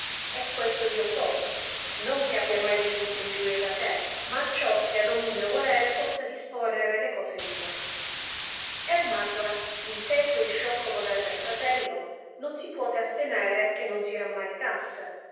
e questo io fo non che abbia mai ricevuta ingiuria da te ma acciò che ad ogni mio volere possa disponere le cose mie ermacora inteso il sciocco voler del fratello non si puote astenere che non si